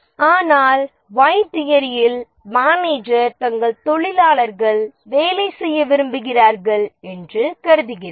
ஆனால் Y தியரியில் manager தங்கள் தொழிலாளர்கள் வேலை செய்ய விரும்புகிறார்கள் என்று கருதுகிறார்